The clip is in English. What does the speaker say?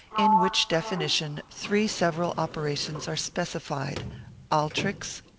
in which definition, three several operations are specified altrix,